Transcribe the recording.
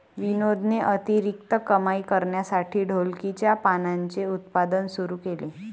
विनोदने अतिरिक्त कमाई करण्यासाठी ढोलकीच्या पानांचे उत्पादन सुरू केले